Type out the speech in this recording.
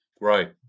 Right